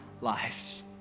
lives